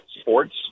sports